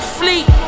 fleet